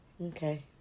Okay